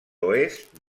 oest